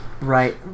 right